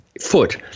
foot